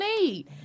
need